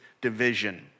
division